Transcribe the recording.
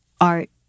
art